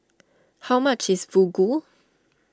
how much is Fugu